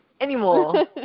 anymore